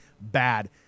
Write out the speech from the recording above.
bad